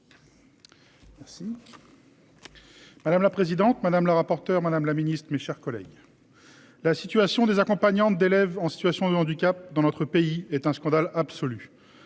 Madame la présidente madame la rapporteure Madame la Ministre, mes chers collègues. La situation des accompagnants d'élèves en situation de handicap dans notre pays est un scandale absolu.